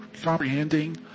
Comprehending